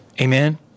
Amen